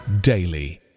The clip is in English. daily